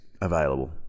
available